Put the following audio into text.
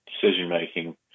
decision-making